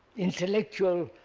intellectual